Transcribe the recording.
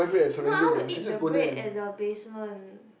no I want to eat the bread at the basement